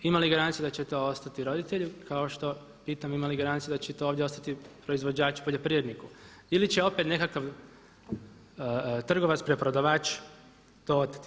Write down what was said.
Ima li garancije da će to ostati roditelju kao što pitam ima li garancije da će to ovdje ostati proizvođaču poljoprivredniku ili će opet nekakav trgovac preprodavač to oteti.